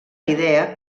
idea